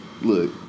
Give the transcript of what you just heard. Look